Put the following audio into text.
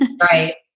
Right